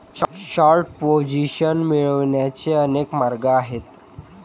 short position मिळवण्याचे अनेक मार्ग आहेत